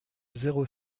zéro